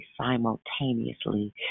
simultaneously